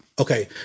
Okay